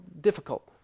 difficult